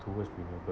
towards renewable